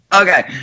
Okay